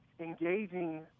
engaging